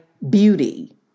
Beauty